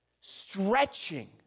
Stretching